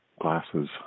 glasses